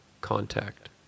contact